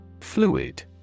Fluid